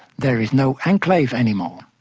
there is no enclave anymore.